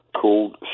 called